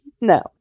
no